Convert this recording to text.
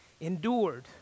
endured